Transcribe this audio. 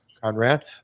Conrad